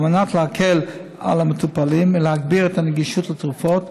ועל מנת להקל על המטופלים ולהגביר את הנגישות של תרופות,